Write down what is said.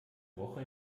woche